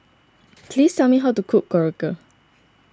please tell me how to cook Korokke